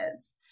kids